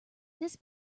this